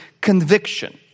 conviction